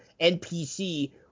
npc